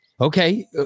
okay